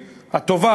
הטובה,